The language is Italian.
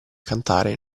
cantare